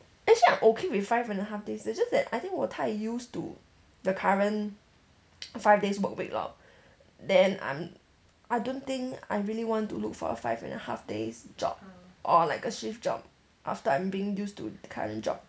actually I'm okay with five and a half days it's just that 我太 used to the current five days work week lor then I'm I don't think I really want to look for a five and a half days job or like a shift job after I'm being used to the current job